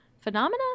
phenomena